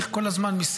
לא,